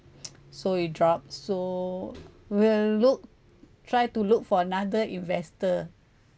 so it drop so we'll look try to look for another investor